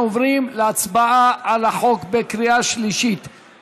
אנחנו עוברים להצבעה על החוק בקריאה שלישית.